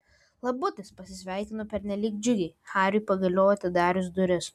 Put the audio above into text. labutis pasisveikinu pernelyg džiugiai hariui pagaliau atidarius duris